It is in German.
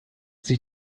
sich